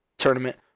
Tournament